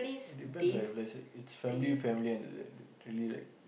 it depends lah if let's say it's family family then really like